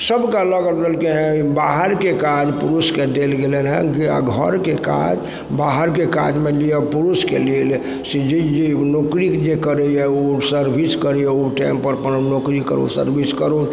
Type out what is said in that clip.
सबके अलग अलग जे हइ बाहरके काज पुरुषके देल गेल रहनि आओर घरके काज बाहरके काज मानि लिअ पुरुषके लेल से जे जे नौकरी जे करइए ओ सर्विस करए ओ टाइमपर अपन नौकरी करथु सर्विस करथु